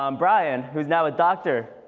um brian. who's now a doctor.